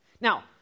Now